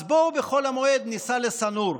אז בואו בחול המועד ניסע לשא-נור.